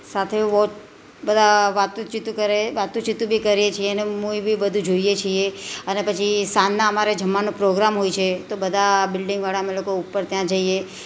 સાથે વો બધા વાતું ચીતું કરે વાતું ચીતું બી કરીએ છીએ અને મૂવી બી બધું જોઈએ છીએ અને પછી સાંજના અમારે જમવાનો પ્રોગ્રામ હોય છે તો બધા બિલ્ડિંગવાળા અમે લોકો ઉપર ત્યાં જઈએ